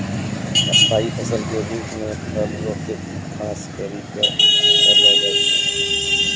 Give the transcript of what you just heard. स्थाई फसल के रुप मे फल रो खेती खास करि कै करलो जाय छै